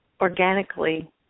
organically